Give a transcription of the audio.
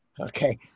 Okay